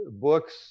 books